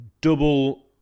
double